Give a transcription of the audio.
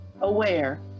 aware